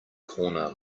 corner